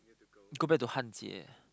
you go back to Han-Jie